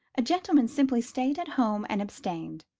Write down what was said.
a gentleman simply stayed at home and abstained.